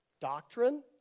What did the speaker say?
doctrine